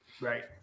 right